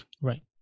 Right